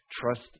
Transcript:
trust